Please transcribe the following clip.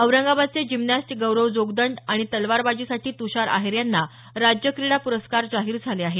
औरंगाबादचे जिमनॅस्ट गौरव जोगदंड आणि तलवारबाजीसठी तुषार आहेर यांना राज्य क्रिडा पुरस्कार जाहीर झाले आहेत